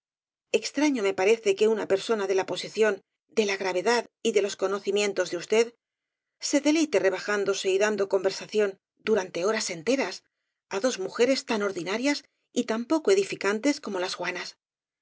extraño me parece que una per sona de la posición de la gravedad y de los cono cimientos de usted se deleite rebajándose y dando conversación durante horas enteras á dos muje res tan ordinarias y tan poco edificantes como las juanas